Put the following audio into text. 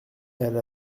elle